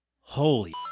holy